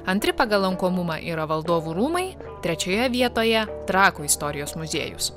antri pagal lankomumą yra valdovų rūmai trečioje vietoje trakų istorijos muziejus